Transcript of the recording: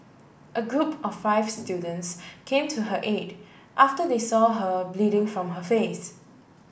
a group of five students came to her aid after they saw her bleeding from her face